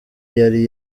yari